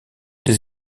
des